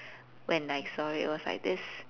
when I saw it was like this